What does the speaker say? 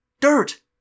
Dirt